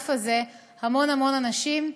האגף הזה המון אנשים,